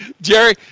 Jerry